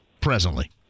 presently